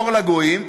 אור לגויים,